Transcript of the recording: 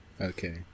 Okay